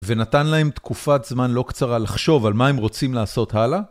ונתן להם תקופת זמן לא קצרה לחשוב על מה הם רוצים לעשות הלאה